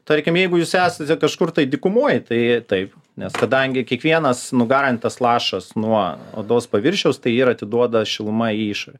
tarkim jeigu jūs esate kažkur tai dykumoj tai taip nes kadangi kiekvienas nugarintas lašas nuo odos paviršiaus tai yra atiduoda šiluma į išorę